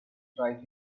strike